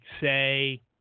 say